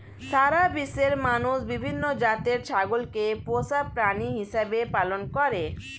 সারা বিশ্বের মানুষ বিভিন্ন জাতের ছাগলকে পোষা প্রাণী হিসেবে পালন করে